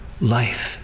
life